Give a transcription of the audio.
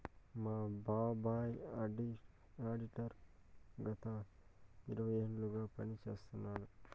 మా బాబాయ్ ఆడిటర్ గత ఇరవై ఏళ్లుగా పని చేస్తున్నాడు